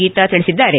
ಗೀತಾ ತಿಳಿಸಿದ್ದಾರೆ